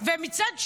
מצד שני,